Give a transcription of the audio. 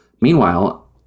Meanwhile